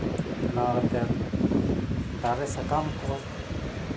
ᱵᱮᱱᱟᱣ ᱠᱟᱛᱮ ᱫᱟᱨᱮ ᱥᱟᱠᱟᱢ ᱠᱚ